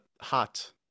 hot